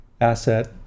asset